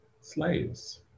slaves